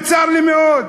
צר לי מאוד,